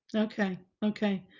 okay. okay.